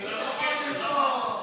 לילדים הבדואים.